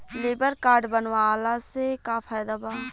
Labour card बनवाला से का फायदा बा?